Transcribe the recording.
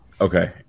Okay